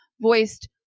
voiced